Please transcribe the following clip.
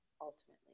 ultimately